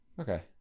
Okay